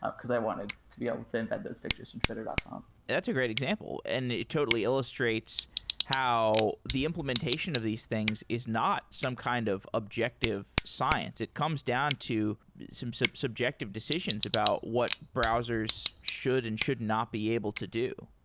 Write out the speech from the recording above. ah because i wanted to be able to embed those pictures from twitter dot com that's a great example and it totally illustrates how the implementation of these things is not some kind of objective science. it comes down to some some subjective decisions about what browsers should and should not be able to do.